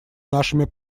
нашими